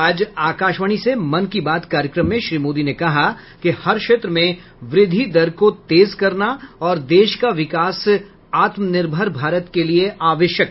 आज आकाशवाणी से मन की बात कार्यक्रम में श्री मोदी ने कहा कि हर क्षेत्र में वृद्धि दर को तेज करना और देश का विकास आत्मनिर्भर भारत के लिए आवश्यक है